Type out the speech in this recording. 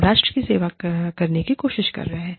हम राष्ट्र की सेवा करने की कोशिश कर रहे हैं